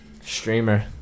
Streamer